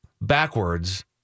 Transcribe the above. backwards